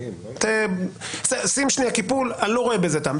אני לא רואה בזה טעם.